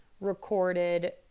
recorded